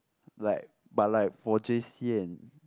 like but like for J_C and